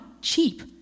cheap